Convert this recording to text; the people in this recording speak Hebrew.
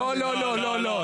לא, לא, לא.